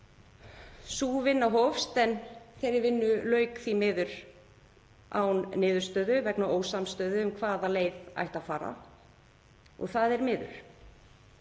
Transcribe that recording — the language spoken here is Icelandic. Sú vinna hófst en þeirri vinnu lauk því miður án niðurstöðu vegna ósamstöðu um hvaða leið ætti að fara — og það er miður.